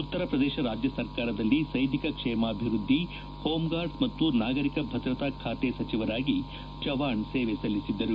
ಉತ್ತರ ಪ್ರದೇಶ ರಾಜ್ಯ ಸರ್ಕಾರದಲ್ಲಿ ಸೈನಿಕ ಕ್ಷೇಮಾಭಿವೃದ್ಲಿ ಹೋಮ್ಗಾರ್ಡ್ಸ್ ಮತ್ತು ನಾಗರಿಕ ಭದ್ರತಾ ಖಾತೆ ಸಚಿವರಾಗಿ ಚವ್ಣಾಣ್ ಸೇವೆ ಸಲ್ಲಿಸಿದ್ದರು